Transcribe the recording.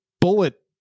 bullet